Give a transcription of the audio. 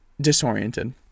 disoriented